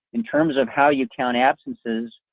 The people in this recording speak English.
in terms of how you count absences,